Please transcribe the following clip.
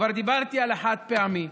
כבר דיברתי על החד-פעמי,